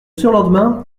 surlendemain